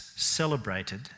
Celebrated